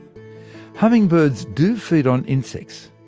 hummingbirds do feed on insects,